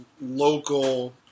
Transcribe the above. local